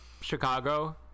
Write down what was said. Chicago